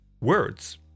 words